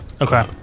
Okay